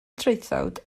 traethawd